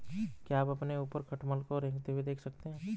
क्या आप अपने ऊपर खटमल को रेंगते हुए देख सकते हैं?